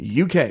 UK